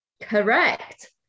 Correct